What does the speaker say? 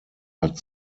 hat